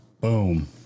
boom